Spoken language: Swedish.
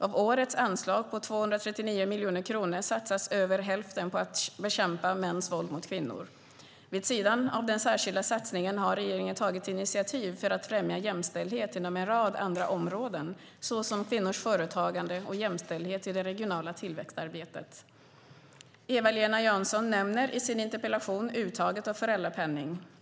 Av årets anslag på 239 miljoner kronor satsas över hälften på att bekämpa mäns våld mot kvinnor. Vid sidan av den särskilda satsningen har regeringen tagit initiativ för att främja jämställdhet inom en rad andra områden, såsom kvinnors företagande och jämställdhet i det regionala tillväxtarbetet. Eva-Lena Jansson nämner i sin interpellation uttaget av föräldrapenning.